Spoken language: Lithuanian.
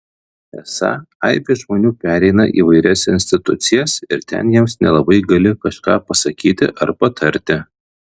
esą aibė žmonių pereina įvairias institucijas ir ten jiems nelabai gali kažką pasakyti ar patarti